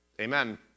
amen